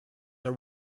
are